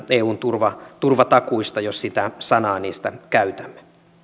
eun turvatakuista jos sitä sanaa niistä käytämme